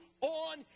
on